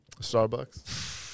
Starbucks